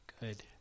good